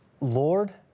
Lord